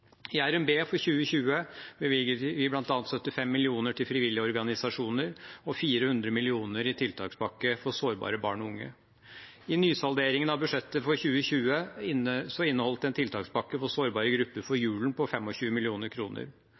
I RNB for 2020 bevilget vi bl.a. 75 mill. kr til frivillige organisasjoner og 400 mill. kr i tiltakspakke for sårbare barn og unge. Nysalderingen av budsjettet for 2020 inneholdt en tiltakspakke for sårbare grupper for julen på